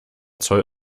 zoll